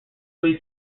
way